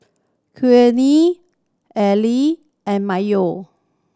Quinn Allie and Mayo